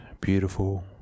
beautiful